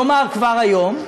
כלומר כבר היום,